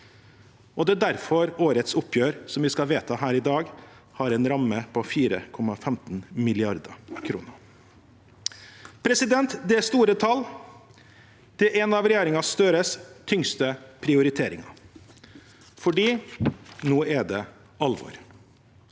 og det er derfor årets oppgjør, som vi skal vedta her i dag, har en ramme på 4,15 mrd. kr. Det er store tall. Det er en av regjeringen Støres tyngste prioriteringer, for nå er det alvor.